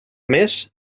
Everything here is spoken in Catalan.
més